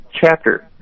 chapter